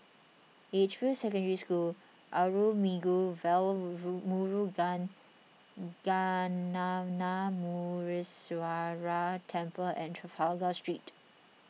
Edgefield Secondary School Arulmigu Velmurugan Gnanamuneeswarar Temple and Trafalgar Street